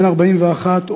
בן 41,